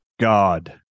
God